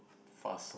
fuss